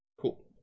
Cool